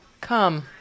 Come